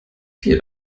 vier